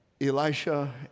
Elisha